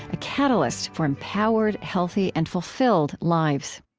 a catalyst for empowered, healthy, and fulfilled lives